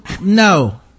No